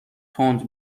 تند